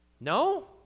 No